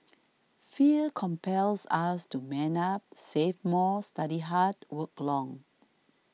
fear compels us to man up save more study hard work long